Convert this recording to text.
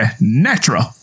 natural